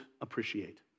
appreciate